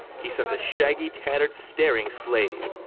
he sent a shaggy, tatter'd, staring slave,